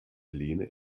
lehne